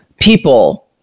people